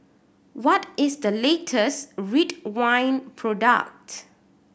what is the latest Ridwind product